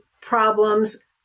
problems